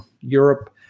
Europe